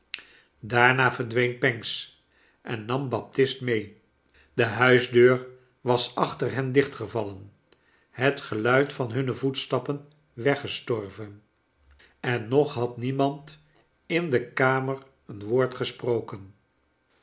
daarna verdween pancks en nam baptist mee de huisdeur was achter hen dichtgevallen het geluid van hunne voetstappen weggestorven en nog had niemand in de kamer een woord gesproken